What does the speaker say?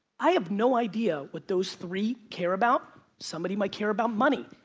i have no idea what those three care about. somebody might care about money.